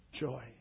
joy